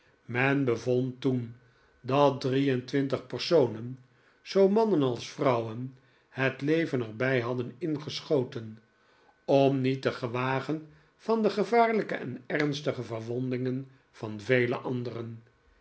men bevond toen dat drie en twintig personen zoo mannen als vrouwen het leven er bij hadden ingeschoten om niet te gewagen van de gevaarlijke en ernstige verwondingen van vele anderen